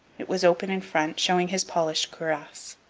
it was open in front, showing his polished cuirass.